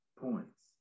points